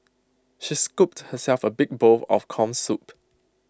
she scooped herself A big bowl of Corn Soup